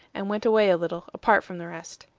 and went away a little, apart from the rest.